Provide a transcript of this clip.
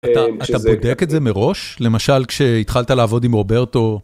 אתה בודק את זה מראש? למשל כשהתחלת לעבוד עם רוברטו?